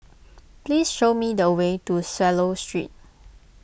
please show me the way to Swallow Street